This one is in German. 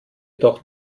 doch